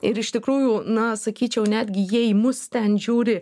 ir iš tikrųjų na sakyčiau netgi jie į mus ten žiūri